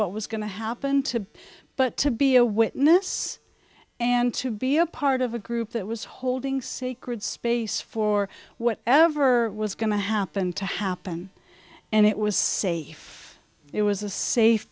what was going to happen to be but to be a witness and to be a part of a group that was holding sacred space for whatever was going to happen to happen and it was safe it was a safe